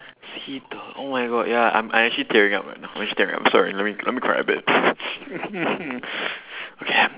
cito oh my god ya I'm I'm actually tearing up right now sorry let me cry a bit yeah